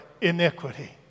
iniquity